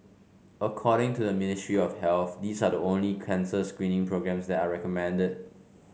according to the Ministry of Health these are the only cancer screening programmes that are recommended